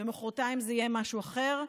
ומוחרתיים זה יהיה משהו אחר,